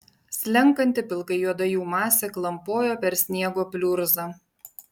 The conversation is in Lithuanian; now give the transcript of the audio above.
slenkanti pilkai juoda jų masė klampojo per sniego pliurzą